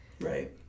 right